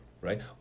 right